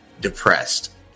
Depressed